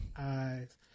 eyes